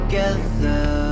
Together